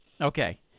Okay